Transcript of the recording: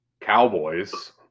Cowboys